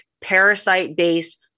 parasite-based